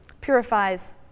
purifies